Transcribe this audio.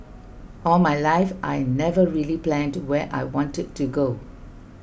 all my life I never really planned where I wanted to go